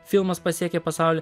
filmas pasiekė pasaulį